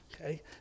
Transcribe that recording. Okay